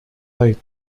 light